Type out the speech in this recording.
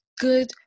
good